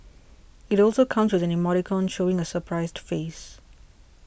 it also comes with an emoticon showing a surprised face